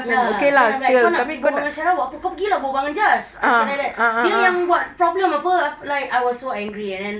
ya then I'm like kau nak pergi berbual dengan sarah buat apa kau pergilah berbual dengan jas I say like that dia yang buat problem [pe] like I was so angry